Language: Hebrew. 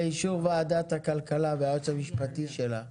באישור ועדת הכלכלה והיועץ המשפטי שלה.